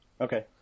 Okay